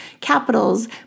capitals